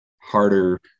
harder